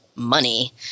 money